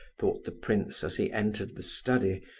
thought the prince as he entered the study,